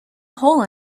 hole